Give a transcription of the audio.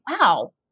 wow